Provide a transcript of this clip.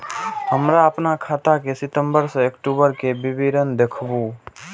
हमरा अपन खाता के सितम्बर से अक्टूबर के विवरण देखबु?